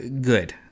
good